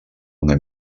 una